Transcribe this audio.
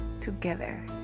together